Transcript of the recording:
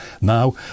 now